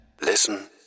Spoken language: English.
Listen